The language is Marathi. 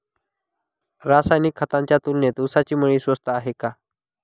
रासायनिक खतांच्या तुलनेत ऊसाची मळी स्वस्त असते का?